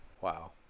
Wow